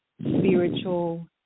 spiritual